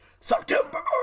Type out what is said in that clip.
September